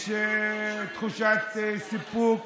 יש תחושת סיפוק